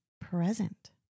present